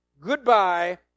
goodbye